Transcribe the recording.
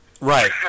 Right